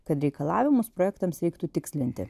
kad reikalavimus projektams reiktų tikslinti